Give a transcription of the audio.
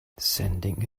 sending